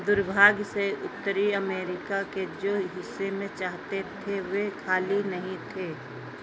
दुर्भाग्य से उत्तरी अमेरिका के जो हिस्से मे चाहते थे वे खाली नहीं थे